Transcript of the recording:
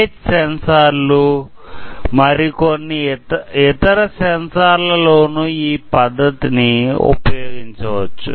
H సెన్సార్లు మరికొన్ని ఇతర సెన్సార్ల లో ను ఈ పద్దతిని ఉపయోగించవచ్చు